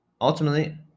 ultimately